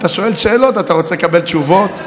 אתה שואל שאלות, אתה רוצה לקבל תשובות?